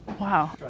Wow